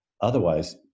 otherwise